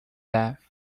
death